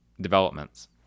developments